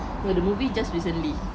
no the movie just recently